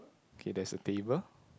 okay there's a table